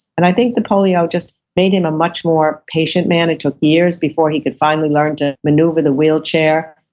and i think the polio just made him a much more patient man. it took years before he could finally learn to maneuver the wheelchair.